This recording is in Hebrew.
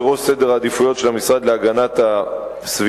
בראש סדר העדיפויות של המשרד להגנת הסביבה,